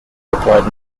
replied